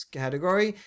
category